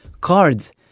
cards